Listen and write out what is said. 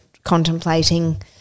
Contemplating